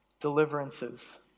deliverances